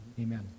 Amen